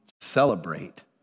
celebrate